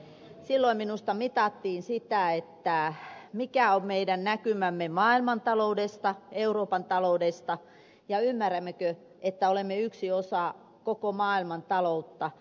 silloin minusta mitattiin sitä mikä on meidän näkymämme maailmantaloudesta euroopan taloudesta ja ymmärrämmekö että olemme yksi osa koko maailmantaloutta